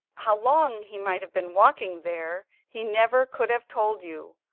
how long he might have been walking there he never could have told you,